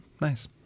Nice